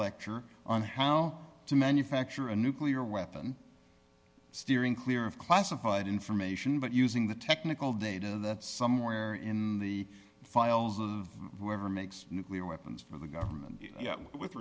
lecture on how to manufacture a nuclear weapon steering clear of classified information but using the technical data that somewhere in the files of whoever makes nuclear weapons for the government with